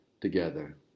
together